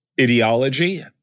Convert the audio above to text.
ideology